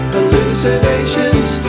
Hallucinations